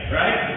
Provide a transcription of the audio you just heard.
right